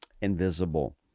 invisible